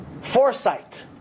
foresight